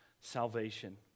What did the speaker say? salvation